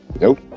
Nope